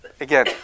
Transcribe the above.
Again